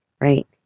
right